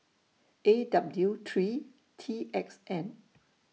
A W three T X N